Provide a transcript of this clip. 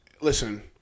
listen